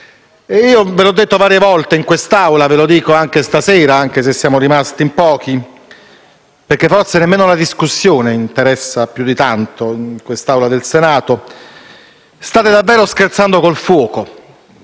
Come vi ho detto varie volte in quest'Aula e vi ripeto anche stasera, anche se siamo rimasti in pochi - forse neanche la discussione interessa più di tanto quest'Aula del Senato - state davvero scherzando con il fuoco.